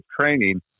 training